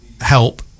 help